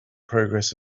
progress